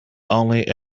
only